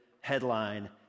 headline